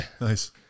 nice